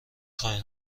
خواین